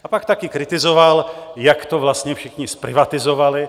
A pak také kritizoval, jak to vlastně všichni zprivatizovali.